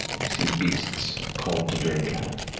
you see beasts called to drink at it